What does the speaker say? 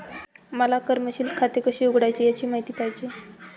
मला कमर्शिअल खाते कसे उघडायचे याची माहिती पाहिजे